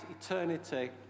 eternity